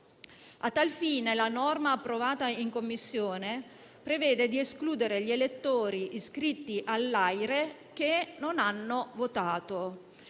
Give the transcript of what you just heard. A tal fine, la norma approvata in Commissione prevede di escludere gli elettori iscritti all'AIRE che non hanno votato.